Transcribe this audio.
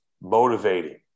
motivating